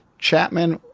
chapman,